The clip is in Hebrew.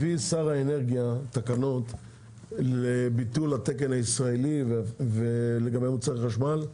הביא שר האנרגיה תקנות של ביטול התקן הישראלי לגבי מוצרי החשמל,